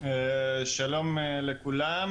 שלום לכולם.